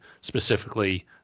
specifically